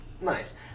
Nice